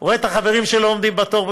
הוא רואה את החברים שלו עומדים בתור ומשלמים,